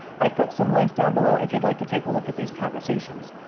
i've put some links down below if you'd like to take a look at these conversations.